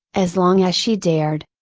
as long as she dared.